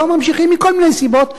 לא ממשיכים מכל מיני סיבות,